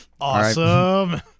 Awesome